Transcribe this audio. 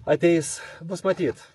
ateis bus matyt